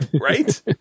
right